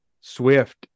swift